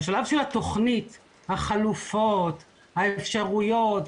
השלב של התכנית, החלופות, האפשרויות,